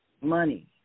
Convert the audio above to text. money